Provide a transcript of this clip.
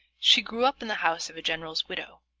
she grew up in the house of a general's widow,